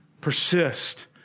Persist